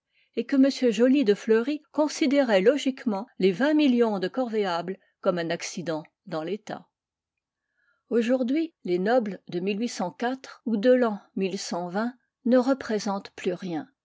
et que m joly de fleury considérait logiquement gcnlilhommc voulait dire homino de la nation fientis humo note de l'auteur les vingt millions de corvéables connue un accident dans l'état aujourd'hui les nobles de ou de l'an mcxx ne représentent plus rien